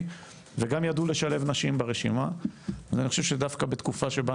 וגם ידעו לשלב נשים ברשימה ואני חושב שדווקא בתקופה שבה,